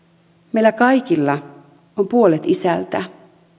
meillä kaikilla on puolet isältä